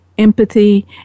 empathy